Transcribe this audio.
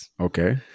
Okay